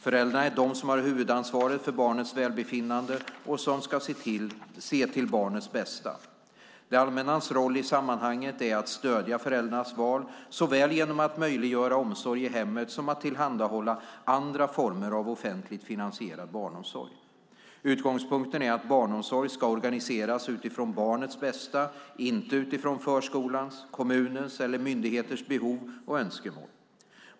Föräldrarna är de som har huvudansvaret för barnets välbefinnande och som ska se till barnets bästa. Det allmännas roll i sammanhanget är att stödja föräldrarnas val, såväl genom att möjliggöra omsorg i hemmet som genom att tillhandahålla andra former av offentligt finansierad barnomsorg. Utgångspunkten är att barnomsorg ska organiseras utifrån barnets bästa - inte utifrån förskolans, kommunens eller myndigheters behov och önskemål.